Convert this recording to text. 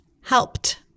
helped